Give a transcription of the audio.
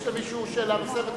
יש למישהו שאלה?